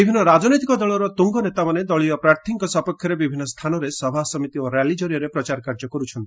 ବିଭିନ୍ନ ରାଜନୈତିକ ଦଳର ତୁଙ୍ଗନେତାମାନେ ଦଳୀୟ ପ୍ରାର୍ଥୀଙ୍କ ସପକ୍ଷରେ ବିଭିନ୍ନ ସ୍ଥାନରେ ସଭାସମିତି ଓ ର୍ୟାଲି କରିଆରେ ପ୍ରଚାର କାର୍ଯ୍ୟ କରୁଛନ୍ତି